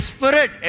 Spirit